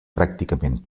pràcticament